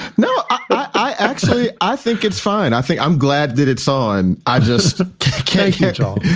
no, i actually i think it's fine. i think i'm glad that it's on. i just can't catch on.